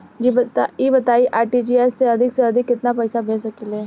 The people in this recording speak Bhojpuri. ई बताईं आर.टी.जी.एस से अधिक से अधिक केतना पइसा भेज सकिले?